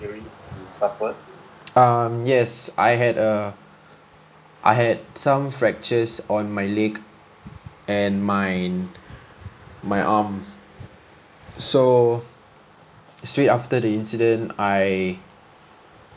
um yes I had a I had some fractures on my leg and mine my arm so straight after the incident I